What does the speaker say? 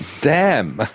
damn!